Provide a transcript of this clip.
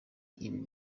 ibi